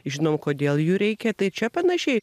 žinau kodėl jų reikia tai čia panašiai